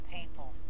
people